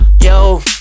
Yo